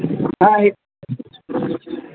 ᱦᱮᱸ